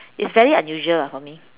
it's very unusual lah for me